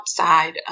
outside